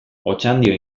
otxandio